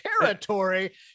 territory